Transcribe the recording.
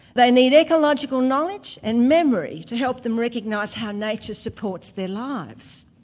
they need ecological knowledge and memory to help them recognise how nature supports their lives.